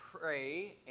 pray